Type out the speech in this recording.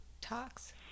talks